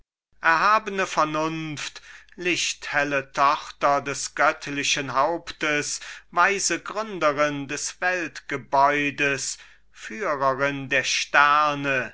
erhabene vernunft lichthelle tochter des göttlichen hauptes weise gründerin des weltgebäudes führerin der sterne